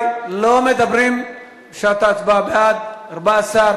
רבותי, נצרף את קולו של חבר הכנסת בן-ארי, בבקשה,